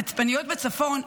התצפיתניות בצפון,